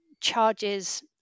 charges